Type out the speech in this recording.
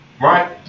Right